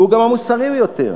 והוא גם המוסרי ביותר.